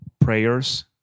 prayers